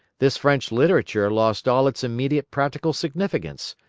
this french literature lost all its immediate practical significance,